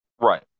Right